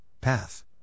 path